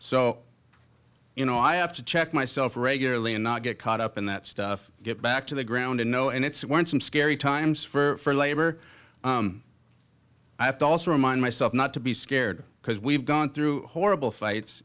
so you know i have to check myself regularly and not get caught up in that stuff get back to the ground and know and it's worth some scary times for labor i have to also remind myself not to be scared because we've gone through horrible fights